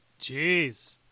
Jeez